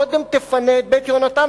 קודם תפנה את "בית יהונתן",